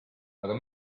aga